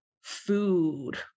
food